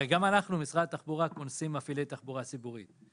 גם משרד התחבורה קונס מפעילי תחבורה ציבורית.